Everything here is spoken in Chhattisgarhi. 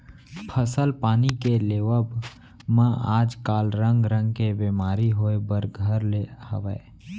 फसल पानी के लेवब म आज काल रंग रंग के बेमारी होय बर घर ले हवय